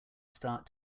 start